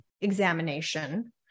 examination